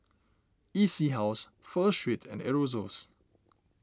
E C House Pho Street and Aerosoles